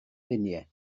luniau